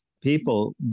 people